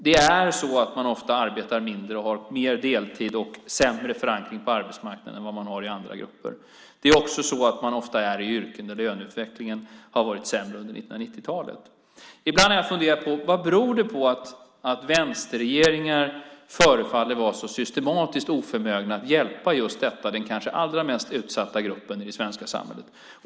Man arbetar ofta mindre och mer deltid och har en sämre förankring på arbetsmarknaden än andra grupper. Det är också så att man ofta är i yrken där löneutvecklingen har varit sämre under 1990-talet. Ibland har jag funderat på vad det beror på att vänsterregeringar förefaller vara så systematiskt oförmögna att hjälpa den kanske mest utsatta gruppen i det svenska samhället.